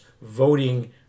voting